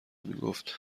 میگفت